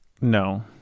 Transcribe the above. No